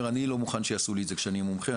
"אני לא מוכן שיעשו לי את זה כשאני מומחה,